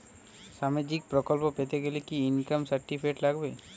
সামাজীক প্রকল্প পেতে গেলে কি ইনকাম সার্টিফিকেট লাগবে?